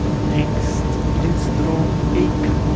next let's draw a cat.